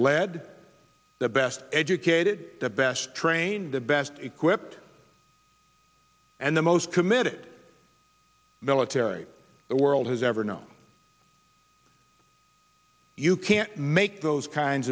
lead the best educated the best trained the best equipped and the most committed military the world has ever known you can't make those kinds